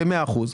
במאה אחוז.